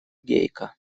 гейка